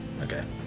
Okay